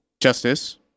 Justice